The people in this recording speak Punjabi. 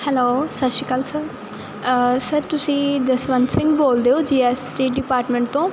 ਹੈਲੋ ਸਤਿ ਸ਼੍ਰੀ ਅਕਾਲ ਸਰ ਤੁਸੀਂ ਜਸਵੰਤ ਸਿੰਘ ਬੋਲਦੇ ਹੋ ਜੀ ਐਸ ਟੀ ਡਿਪਾਰਟਮੈਂਟ ਤੋਂ